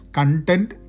content